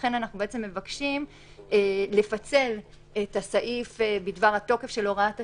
לכן אנחנו מבקשים לפצל את הסעיף בדבר התוקף של הוראת השעה,